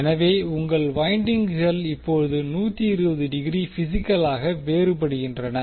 எனவே உங்கள் வைண்டிங்குகள் இப்போது 120 டிகிரி பிசிக்கலாக வேறுபடுகின்றன